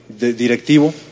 directivo